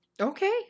Okay